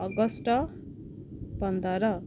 August ପନ୍ଦର